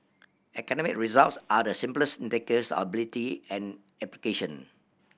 academic results are the simplest indicators ability and application